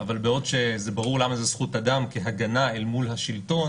אבל בעוד שברור למה זו זכות אדם כהגנה אל מול השלטון,